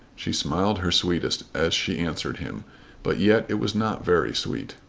she smiled her sweetest as she answered him but yet it was not very sweet.